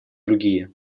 другие